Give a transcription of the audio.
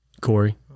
Corey